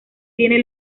tiene